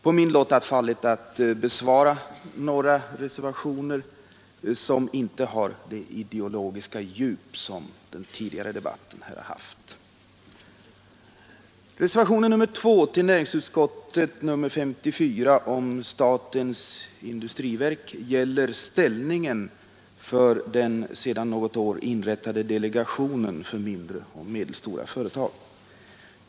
På min lott har fallit att besvara några reservationer som inte har det ideologiska djup som den tidigare debatten här har haft. Reservationen 2 till näringsutskottets betänkande nr 54 om statens industriverk gäller ställningen för den sedan några år inrättade delegationen för mindre och medelstora företag.